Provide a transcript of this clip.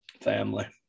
family